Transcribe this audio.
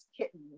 Kitten